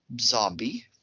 zombie